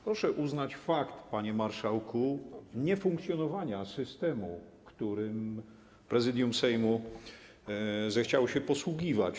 Proszę uznać fakt, panie marszałku, niefunkcjonowania systemu, którym Prezydium Sejmu zechciało się posługiwać.